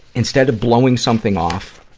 instead of blowing something off